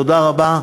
תודה רבה.